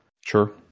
Sure